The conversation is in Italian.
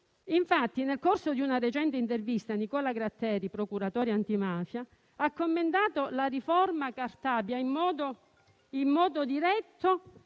chiunque. Nel corso di una recente intervista Nicola Gratteri, procuratore antimafia, ha commentato la riforma Cartabia in modo diretto